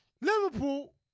Liverpool